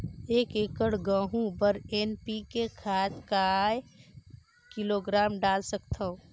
एक एकड़ गहूं बर एन.पी.के खाद काय किलोग्राम डाल सकथन?